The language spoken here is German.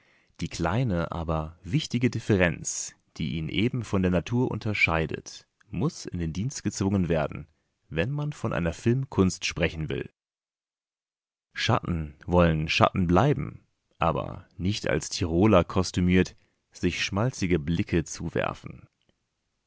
die kleine aber wichtige differenz die ihn eben von der natur unterscheidet muß in den dienst gezwungen werden wenn man von einer filmkunst sprechen will schatten wollen schatten bleiben aber nicht als tiroler kostümiert sich schmalzige blicke zuwerfen